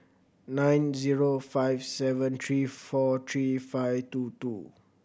nine zero five seven three four three five two two